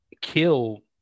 kill